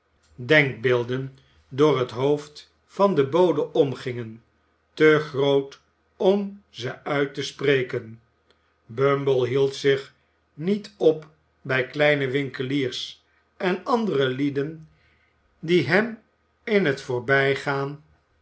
denkbeelden door het hoofd van den bode omgingen te groot om ze uit te spreken bumble hield zich niet op bij kleine winkeliers en andere lieden die hem in het voorbijgaan